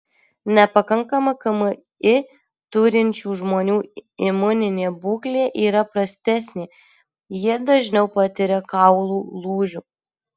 nepakankamą kmi turinčių žmonių imuninė būklė yra prastesnė jie dažniau patiria kaulų lūžių